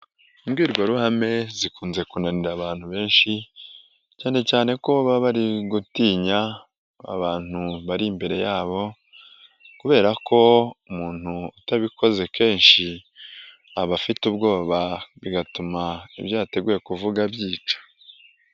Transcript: Imbwirwaruhame zikunze kunanira abantu benshi, cyane cyane ko baba bari gutinya abantu bari imbere yabo kubera ko umuntu utabikoze kenshi aba afite ubwoba bigatuma ibyo yateguye kuvuga abyica.